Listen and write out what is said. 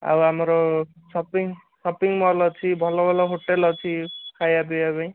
ଆଉ ଆମର shopping shopping mall ଅଛି ଭଲ ଭଲ ହୋଟେଲ୍ ଅଛି ଖାଇବା ପିଇବା ପାଇଁ